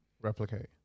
replicate